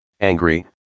angry